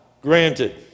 granted